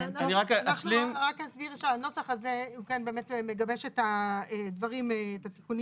אני רק אסביר שהנוסח הזה הוא באמת מגבש את הדברים והתיקונים